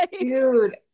Dude